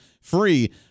free